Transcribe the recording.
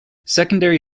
secondary